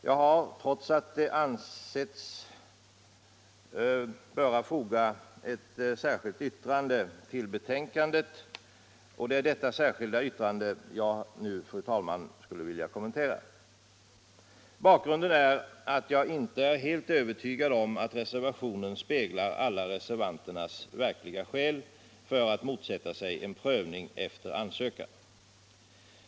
Jag har trots det ansett mig böra foga ett särskilt yttrande till betänkandet, och det är detta särskilda yttrande jag nu, fru talman, skulle vilja kommentera. Bakgrunden är att jag inte är helt övertygad om att reservationen speglar alla reservanternas verkliga skäl för att motsätta sig en prövning efter ansökan.